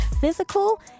physical